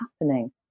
happening